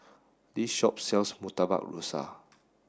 this shop sells Murtabak Rusa